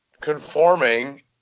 conforming